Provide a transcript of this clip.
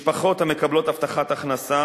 משפחות המקבלות הבטחת הכנסה